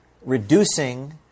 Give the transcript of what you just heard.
reducing